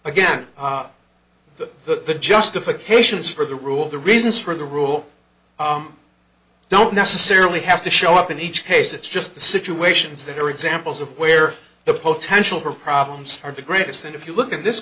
again but the justifications for the rule the reasons for the rule don't necessarily have to show up in each case it's just the situations there are examples of where the potential for problems or be greatest and if you look at this